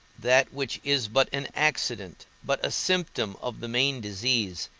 that which is but an accident, but a symptom of the main disease,